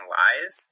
lies